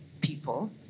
people